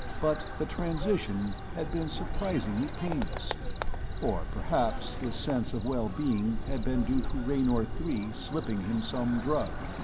but the transition had been surprisingly painless or perhaps his sense of well-being had been due to raynor three slipping him some drug.